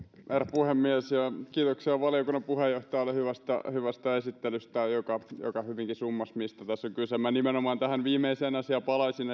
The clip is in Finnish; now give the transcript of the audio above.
puhemies kiitoksia valiokunnan puheenjohtajalle hyvästä hyvästä esittelystä joka joka hyvinkin summasi mistä tässä on kyse minä nimenomaan tähän viimeiseen asiaan palaisin